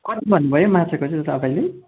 कति भन्नुभयो माछाको चाहिँ तपाईँले